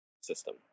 system